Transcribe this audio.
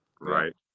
right